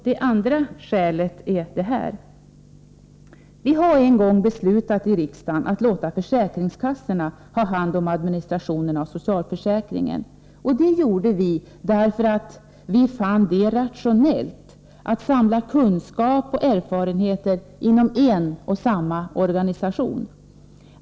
Det andra skälet är detta: Vi har en gång beslutat i riksdagen att låta försäkringskassorna ha hand om administrationen av socialförsäkringen. Det gjorde vi därför att vi fann det rationellt att samla kunskap och erfarenhet inom en och samma organisation.